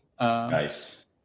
Nice